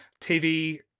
TV